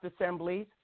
assemblies